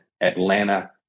Atlanta